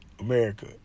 America